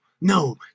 no